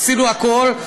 עשינו הכול.